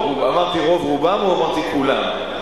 אמרתי "רוב רובם", או אמרתי "כולם"?